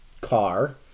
car